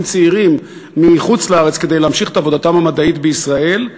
צעירים מחוץ-לארץ כדי להמשיך את עבודתם המדעית בישראל,